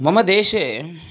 मम देशे